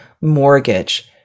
mortgage